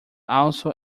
also